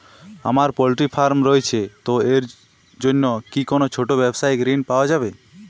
আমার poultry farm রয়েছে তো এর জন্য কি কোনো ছোটো ব্যাবসায়িক ঋণ পাওয়া যাবে?